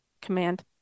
command